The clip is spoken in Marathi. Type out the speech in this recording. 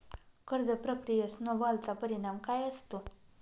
कर्ज प्रक्रियेत स्नो बॉलचा परिणाम काय असतो?